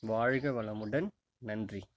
வாழ்க வளமுடன் நன்றி